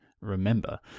remember